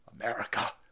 America